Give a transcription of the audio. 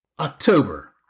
October